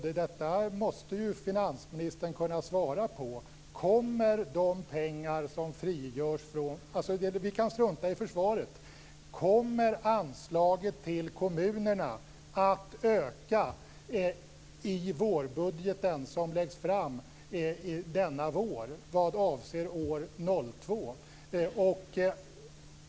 Detta måste finansministern kunna svara på: Kommer anslaget till kommunerna att öka i vårbudgeten som läggs fram denna vår vad avser år 2002?